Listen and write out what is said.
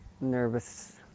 nervous